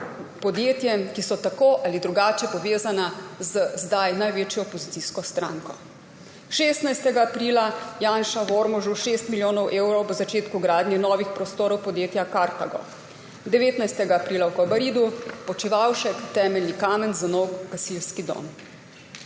podjetjem, ki so tako ali drugače povezana z zdaj največjo opozicijsko stranko. 16. aprila Janša v Ormožu 6 milijonov evrov ob začetku gradnje novih prostorov podjetja Carthago. 19. aprila v Kobaridu Počivalšek temeljni kamen za nov gasilski dom.